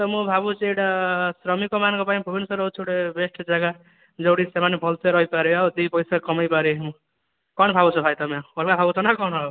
ତ ମୁଁ ଭାବୁଛି ଏଇଟା ଶ୍ରମିକମାନଙ୍କ ପାଇଁ ଭୁବନେଶ୍ୱର ହୋଉଛି ଗୋଟେ ବେଷ୍ଟ ଜାଗା ଯେଉଁଠି ସେମାନେ ଭଲସେ ରହିପାରିବେ ଆଉ ଦୁଇ ପଇସା କମେଇ ପାରିବେ କଣ ଭାବୁଛ ଭାଇ ତମେ ଅଲଗା ଭାବୁଛ ନା କଣ